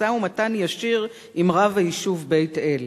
משא-ומתן ישיר עם רב היישוב בית-אל.